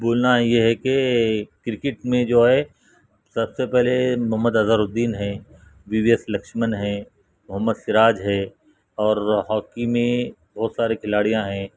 بولنا یہ ہے کہ کرکٹ میں جو ہے سب سے پہلے محمد اظہرالدین ہیں وی وی ایس لکچھمن ہیں محمد سراج ہے اور ہاکی میں بہت سارے کھلاڑیاں ہیں